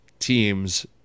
teams